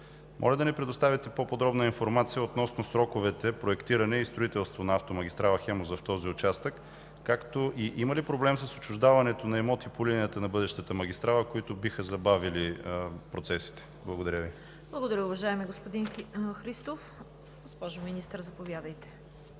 Моля да ни предоставите по-подробна информация относно сроковете – проектиране и строителство, на автомагистрала „Хемус“ в този участък, както и има ли проблем с отчуждаването на имоти по линията на бъдещата магистрала, които биха забавили процесите? Благодаря Ви. ПРЕДСЕДАТЕЛ ЦВЕТА КАРАЯНЧЕВА: Благодаря Ви, уважаеми господин Христов. Госпожо Министър, заповядайте.